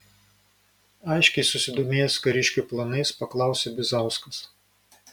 aiškiai susidomėjęs kariškių planais paklausė bizauskas